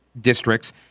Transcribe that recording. districts